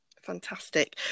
fantastic